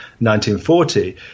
1940